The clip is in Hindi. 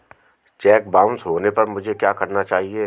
चेक बाउंस होने पर मुझे क्या करना चाहिए?